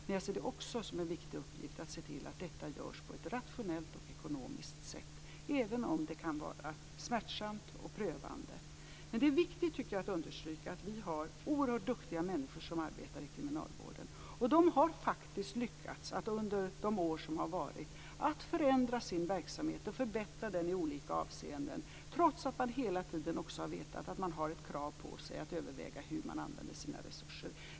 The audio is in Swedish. Men jag ser det också som en viktig uppgift att se till att detta görs på ett rationellt och ekonomiskt sätt, även om det kan vara smärtsamt och prövande. Det är viktigt att understryka att vi har oerhört duktiga människor som arbetar i kriminalvården. De har faktiskt lyckats att under de år som har gått förändra sin verksamhet och förbättra den i olika avseenden, trots att man hela tiden också har vetat att man har ett krav på sig att överväga hur man använder sina resurser.